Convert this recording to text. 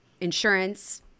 insurance